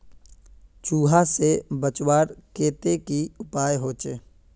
चूहा से बचवार केते की उपाय होचे?